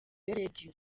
radio